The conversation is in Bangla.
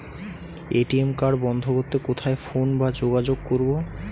এ.টি.এম কার্ড বন্ধ করতে কোথায় ফোন বা যোগাযোগ করব?